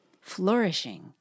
flourishing